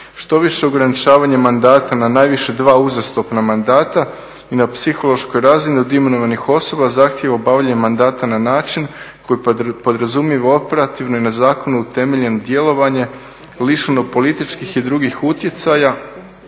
Štoviše ograničavanje mandata na najviše dva uzastopna mandata i na psihološkoj razini od imenovanih osoba zahtjeva obavljanje mandata na način koji podrazumijeva operativno i nezakonito utemeljeno djelovanje lišeno političkih i drugih utjecaja